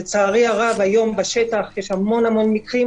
לצערי הרב, יש היום בשטח המון-המון מקרים.